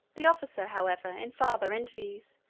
the officer, however, in farther interviews,